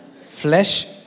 flesh